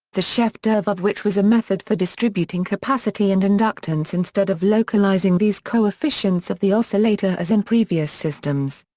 the chef-d'oeuvre of which was a method for distributing capacity and inductance instead of localizing these coefficients of the oscillator as in previous systems.